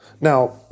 Now